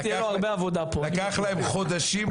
זו הייתה נקודה אחת.